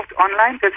online